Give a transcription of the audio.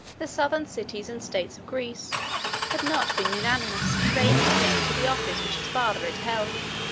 the southern cities and states of greece had not been unanimous in raising him to the office which his father had held.